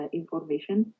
information